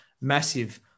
massive